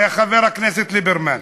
חבר הכנסת ליברמן.